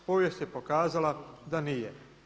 Povijest je pokazala da nije.